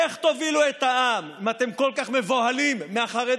איך תובילו את העם אם אתם כל כך מבוהלים מהחרדים?